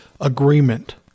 agreement